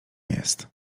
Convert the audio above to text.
jest